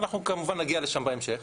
אבל אנחנו כמובן נגיע לשם בהמשך.